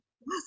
Yes